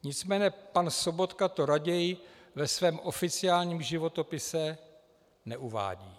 Nicméně pan Sobotka to raději ve svém oficiálním životopise neuvádí.